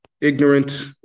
Ignorant